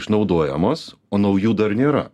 išnaudojamos o naujų dar nėra